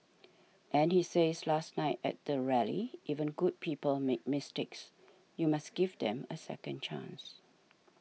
and he says last night at the rally even good people make mistakes you must give them a second chance